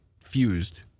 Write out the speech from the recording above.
fused